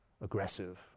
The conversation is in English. aggressive